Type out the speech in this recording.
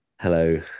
Hello